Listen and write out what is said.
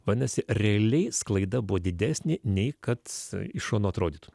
vadinasi realiai sklaida buvo didesnė nei kad iš šono atrodytų